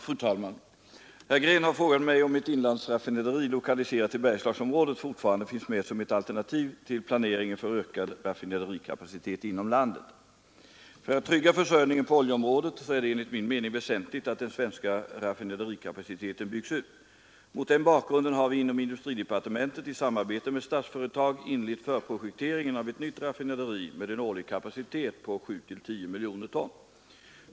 Fru talman! Herr Green har frågat mig om ett inlandsraffinaderi lokaliserat till Bergslagsområdet fortfarande finns med som ett alternativ vid planeringen för ökad raffinaderikapacitet inom landet. För att trygga försörjningen på oljeområdet är det enligt min mening väsentligt att den svenska raffinaderikapaciteten byggs ut. Mot den bakgrunden har vi inom industridepartementet i samarbete med Statsföretag inlett förprojekteringen av ett nytt raffinaderi med en årlig kapacitet på 7—10 miljoner ton.